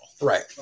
right